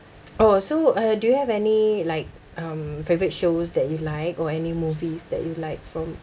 oh so uh do you have any like um favourite shows that you like or any movies that you like from